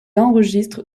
enregistre